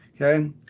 Okay